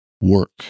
work